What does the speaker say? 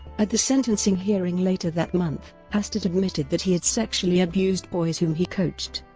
at the sentencing hearing later that month, hastert admitted that he had sexually abused boys whom he coached.